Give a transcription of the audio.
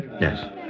Yes